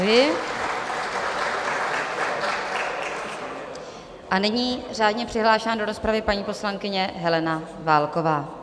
Děkuji a nyní řádně přihlášená do rozpravy paní poslankyně Helena Válková.